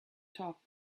top